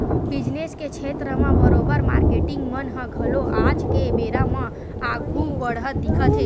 business के छेत्र म बरोबर मारकेटिंग मन ह घलो आज के बेरा म आघु बड़हत दिखत हे